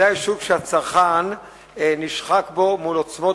אבל ודאי הוא שוק שהצרכן נשחק בו מול עוצמות